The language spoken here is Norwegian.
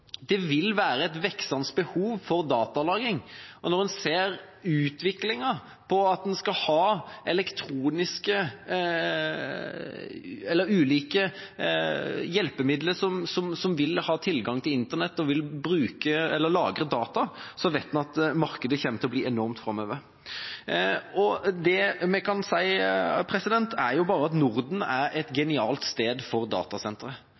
Det vil være et voksende behov for datalagring. Når en ser utviklinga av ulike hjelpemidler som har tilgang til Internett, og som vil lagre data, vet en at markedet kommer til å bli enormt framover. Norden er et genialt sted for